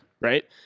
right